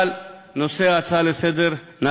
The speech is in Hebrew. אבל נושא ההצעה לסדר-היום,